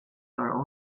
are